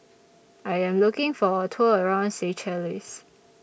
I Am looking For A Tour around Seychelles